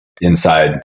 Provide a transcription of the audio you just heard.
inside